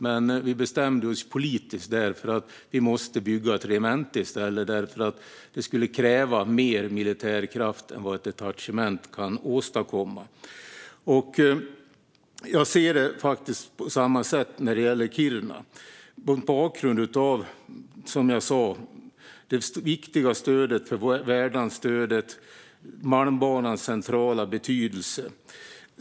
Men vi bestämde oss politiskt för att bygga ett regemente i stället därför att det krävs mer militär kraft än vad ett detachement kan åstadkomma. Jag ser det på samma sätt när det gäller Kiruna, mot bakgrund av det jag sa om det viktiga värdlandsstödet och Malmbanans centrala betydelse.